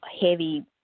heavy